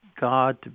God